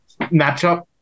matchup